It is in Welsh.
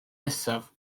nesaf